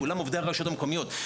כולם עובדי הרשויות המקומיות,